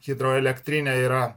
hidroelektrinė yra